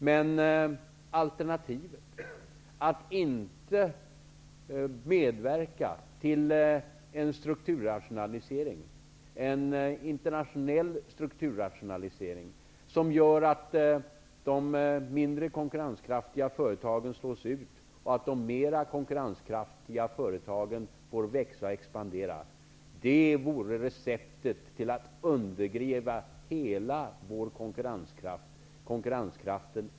Men alternativet att inte medverka till en internationell strukturrationalisering som gör att de mindre konkurrenskraftiga företagen slås ut och att de mera konkurrenskraftiga företagen får växa och expandera, vore receptet till att undergräva hela näringslivets konkurrenskraft.